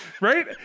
Right